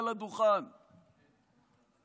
מעל הדוכן והינה,